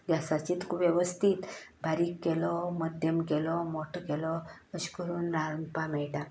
गॅसाचेर वेवस्थीत बारीक केलो मध्यम केलो मोटो केलो अशें करून रांदपाक मेळटा